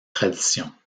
traditions